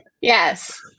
yes